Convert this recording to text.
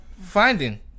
finding